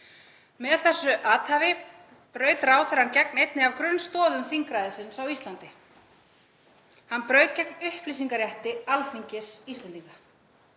Með þessu athæfi braut ráðherrann gegn einni af grunnstoðum þingræðisins á Íslandi. Hann braut gegn upplýsingarétti Alþingis Íslendinga.